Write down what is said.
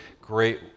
great